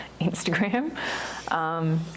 Instagram